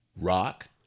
rock